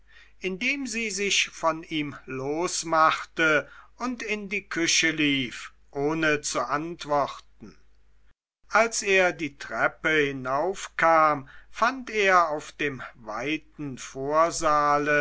indem sie sich von ihm losmachte und in die küche lief ohne zu antworten als er die treppe hinaufkam fand er auf dem weiten vorsaale